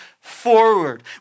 forward